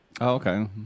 Okay